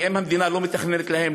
כי אם המדינה לא מתכננת להם,